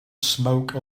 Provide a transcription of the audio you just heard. smoke